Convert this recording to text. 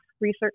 Research